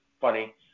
funny